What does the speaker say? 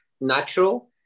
natural